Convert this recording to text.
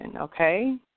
okay